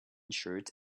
shirt